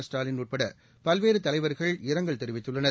ஸ்டாலின் உட்பட பல்வேறு தலைவர்கள் இரங்கல் தெரிவித்துள்ளனர்